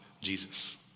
Jesus